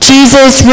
Jesus